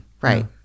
Right